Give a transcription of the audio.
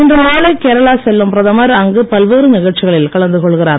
இன்று மாலை கேரளா செல்லும் பிரதமர் அங்கு பல்வேறு நிகழ்ச்சிகளில் கலந்து கொள்கிறார்